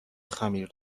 خمیر